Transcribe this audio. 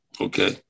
Okay